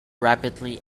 rapidly